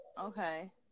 Okay